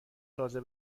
تازه